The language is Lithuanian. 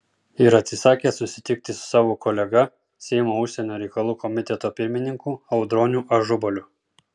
ir atsisakė susitikti su savo kolega seimo užsienio reikalų komiteto pirmininku audroniu ažubaliu